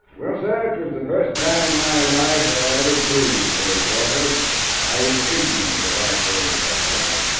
well sir, it was the first time and my life that i never cruise those waters i was ignorant of the white whale that time.